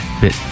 bit